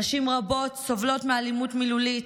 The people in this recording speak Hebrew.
נשים רבות סובלות מאלימות מילולית,